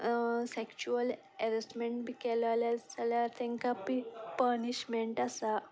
sexual harassment बी केलो जाल्यार तांकां प पनीशमेंट आसा